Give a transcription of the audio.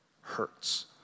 hurts